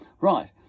right